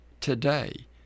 today